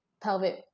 pelvic